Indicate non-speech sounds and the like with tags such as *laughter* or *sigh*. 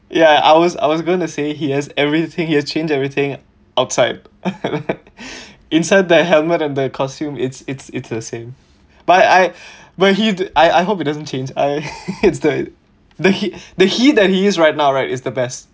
ya I was I was gonna say he has everything he has changed everything outside *laughs* inside that helmet and the costume it's it's it's the same but I but he I I hope he doesn't change I *laughs* the the he that he is right now right is the best